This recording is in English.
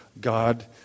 God